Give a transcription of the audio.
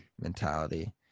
mentality